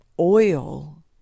oil